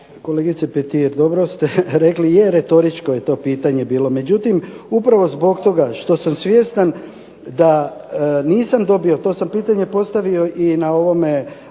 Kolegice Petir, dobro ste rekli, je retoričko je to pitanje bilo. Međutim, upravo zbog toga što sam svjestan da nisam dobio, to sam pitanje postavio i na odboru,